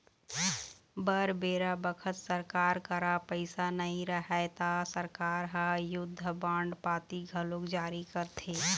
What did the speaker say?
बर बेरा बखत सरकार करा पइसा नई रहय ता सरकार ह युद्ध बांड पाती घलोक जारी करथे